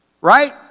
right